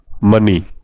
money